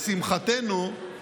לשמחתנו,